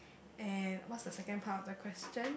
and what's the second part of the question